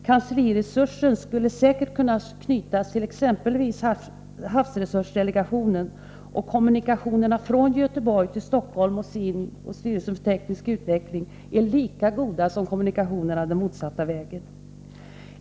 Kansliresurser skulle säkert kunna knytas till exempelvis havsresursdelegationen, och kommunikationerna från Göteborg till Stockholm, SIND och STU är lika goda som kommunikationerna den motsatta vägen.